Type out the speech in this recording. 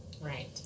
Right